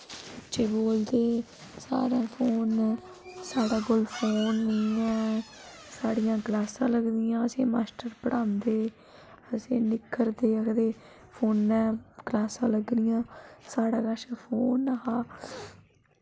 बच्चे बोलदे सारें फोन साढ़ै कोल फोन नेईं ऐ साढ़ियां क्लासां लगदियां असेंगी मास्टर पढ़ांदे हे असेंगी निक्खरदे हे आखदे हे फोनै पर क्लासां लग्गनियां साढ़ै कश फोन गै नेईं हा